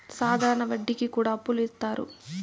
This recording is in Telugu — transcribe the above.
సాధారణ వడ్డీ కి కూడా అప్పులు ఇత్తారు